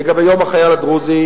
לגבי יום החייל הדרוזי,